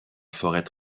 forêt